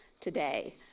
today